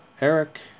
Eric